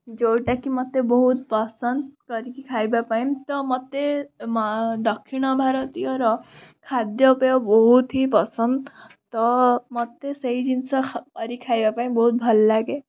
ଯେଉଁଟାକି ମୋତେ ବହୁତ ପସନ୍ଦ କରିକି ଖାଇବା ପାଇଁ ତ ମୋତେ ଦକ୍ଷିଣ ଭାରତୀୟର ଖାଦ୍ୟପେୟ ବହୁତ ହି ପସନ୍ଦ ତ ମୋତେ ସେହି ଜିନିଷ କରିକି ଖାଇବା ପାଇଁ ବହୁତ ଭଲ ଲାଗେ